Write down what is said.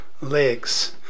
legs